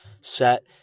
set